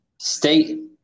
State